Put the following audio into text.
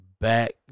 back